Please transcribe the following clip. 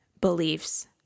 beliefs